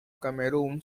camerún